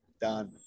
Done